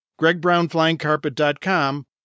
gregbrownflyingcarpet.com